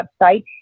website